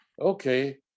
Okay